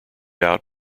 out